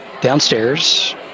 Downstairs